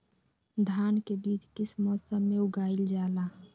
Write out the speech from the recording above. धान के बीज किस मौसम में उगाईल जाला?